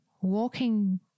walking